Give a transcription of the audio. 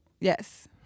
Yes